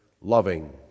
loving